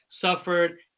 suffered